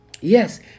Yes